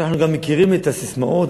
אנחנו גם מכירים את הססמאות,